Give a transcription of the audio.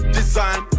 design